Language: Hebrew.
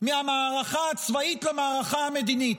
מהמערכה הצבאית למערכה המדינית.